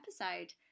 episode